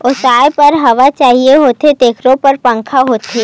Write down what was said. ओसाए बर हवा चाही होथे तेखरो बर पंखा होथे